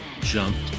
jumped